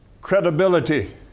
credibility